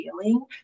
feeling